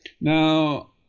Now